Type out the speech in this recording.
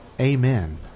Amen